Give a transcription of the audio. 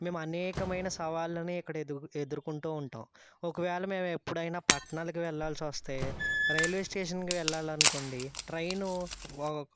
మేము అనేకమైన సవాళ్లను ఇక్కడ ఎదుర్కొ ఎదుర్కొంటూ ఉంటాం ఒకవేళ మేము ఎప్పుడైనా పట్టణాలకి వెళ్లాల్సి వస్తే రైల్వే స్టేషన్కి వెళ్లాలనుకోండి ట్రైన్ ఓ